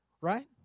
right